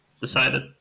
decided